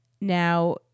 Now